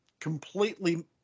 completely